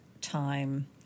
time